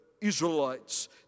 Israelites